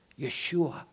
Yeshua